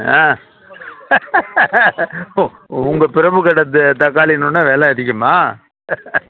ஆ உங்கள் பிரபு கடை தக்காளின்னோனே வெலை அதிகமா